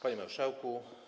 Panie Marszałku!